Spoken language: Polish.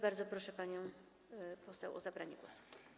Bardzo proszę panią poseł o zabranie głosu.